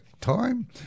time